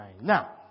Now